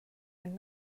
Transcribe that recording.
and